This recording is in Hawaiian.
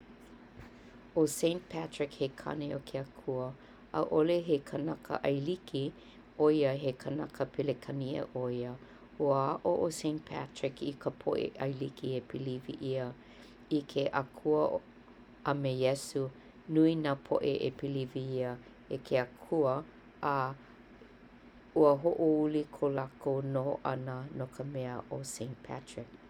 ʻO Saint Patrick he kane o ke Akua ʻAʻole he kanaka Ailiki ʻoia. He kanaka Pelekania ʻoia. Ua aʻo ʻo St. Patick i ka poʻe Ailiki e piliwi ʻia i ke Akua a me Iesu. Nui nā poʻe e piliwi ʻia e ke Akua a ua hoʻohuli kō lākou nohoʻana no ka mea o St. Patrick.